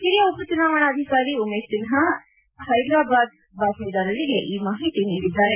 ಹಿರಿಯ ಉಪಚುನಾವಣಾಧಿಕಾರಿ ಉಮೇಶ್ ಸಿನ್ಞಾ ನಮ್ಮ ಹೈದರಾಬಾದ್ ಬಾತ್ವೀದಾರರಿಗೆ ಈ ಮಾಹಿತಿ ನೀಡಿದ್ದಾರೆ